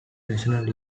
national